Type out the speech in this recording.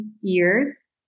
years